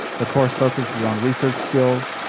the course focuses on research skills,